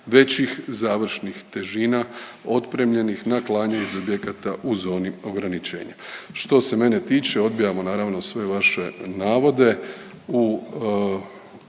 većih završnih težina otpremljenih na klanje iz objekata u zoni ograničenja. Što se mene tiče odbijamo naravno sve vaše navode u